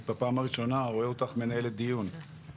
אני בפעם הראשונה רואה אותך מנהלת דיון,